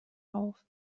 auf